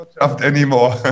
anymore